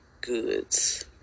goods